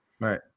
right